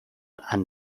and